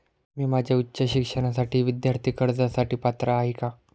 मी माझ्या उच्च शिक्षणासाठी विद्यार्थी कर्जासाठी पात्र आहे का?